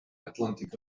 atlantic